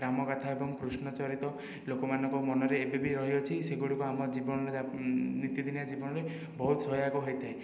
ରାମ କଥା ଏବଂ କୃଷ୍ଣ ଚରିତ ଲୋକମାନଙ୍କ ମନରେ ଏବେ ବି ରହିଅଛି ସେଗୁଡ଼ିକୁ ଆମ ଜୀବନ ନୀତିଦିନିଆ ଜୀବନରେ ବହୁତ ସହାୟକ ହୋଇଥାଏ